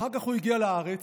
ואחר כך הוא הגיע לארץ.